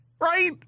Right